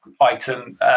item